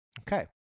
Okay